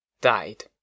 died